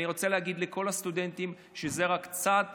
אני רוצה להגיד לכל הסטודנטים, שזה רק צעד